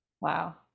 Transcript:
wow